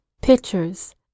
pictures